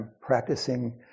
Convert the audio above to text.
practicing